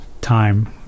time